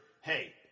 hey